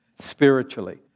spiritually